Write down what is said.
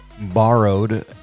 borrowed